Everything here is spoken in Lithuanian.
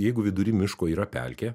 jeigu vidury miško yra pelkė